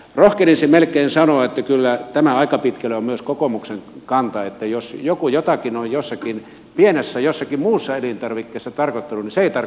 rohkenisin melkein sanoa että kyllä tämä aika pitkälle on myös kokoomuksen kanta että jos joku jotakin on jossakin pienessä jossakin muussa elintarvikkeessa tarkoittanut niin se ei tarkoita kokonaisuutta